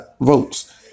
votes